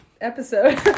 episode